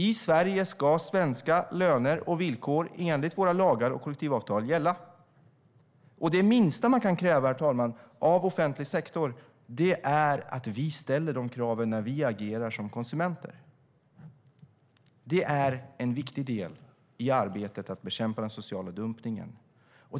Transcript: I Sverige ska svenska löner och villkor enligt våra lagar och kollektivavtal gälla. Det minsta som man, herr talman, kan kräva av offentlig sektor är att man ställer de kraven när vi agerar som konsumenter. Det är en viktig del i arbetet med att bekämpa den sociala dumpningen.